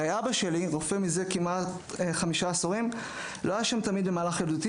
הרי אבא שלי רופא זה כמעט חמישה עשורים לא היה שם תמיד במהלך ילדותי,